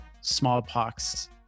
smallpox